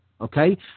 okay